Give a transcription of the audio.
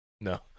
No